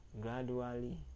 gradually